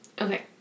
Okay